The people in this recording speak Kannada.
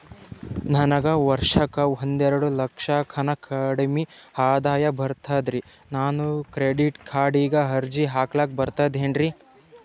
ನನಗ ವರ್ಷಕ್ಕ ಒಂದೆರಡು ಲಕ್ಷಕ್ಕನ ಕಡಿಮಿ ಆದಾಯ ಬರ್ತದ್ರಿ ನಾನು ಕ್ರೆಡಿಟ್ ಕಾರ್ಡೀಗ ಅರ್ಜಿ ಹಾಕ್ಲಕ ಬರ್ತದೇನ್ರಿ?